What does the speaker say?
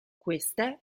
queste